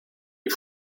die